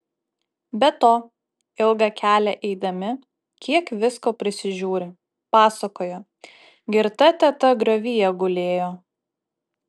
be to ilgą kelią eidami kiek visko prisižiūri pasakoja girta teta griovyje gulėjo